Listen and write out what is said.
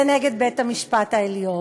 זה נגד בית-המשפט העליון,